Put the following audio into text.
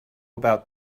about